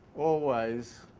always,